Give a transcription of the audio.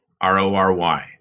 r-o-r-y